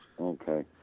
Okay